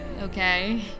Okay